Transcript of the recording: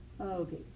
Okay